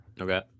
Okay